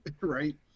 Right